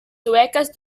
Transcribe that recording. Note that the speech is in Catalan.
sueques